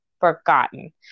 forgotten